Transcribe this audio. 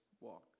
walk